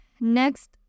Next